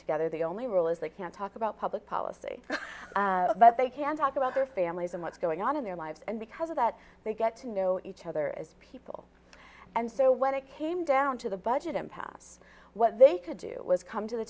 together the only rule is they can't talk about public policy but they can talk about their families and what's going on in their lives and because of that they get to know each other as people and so when it came down to the budget impasse what they could do was come to the